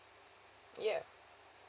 ya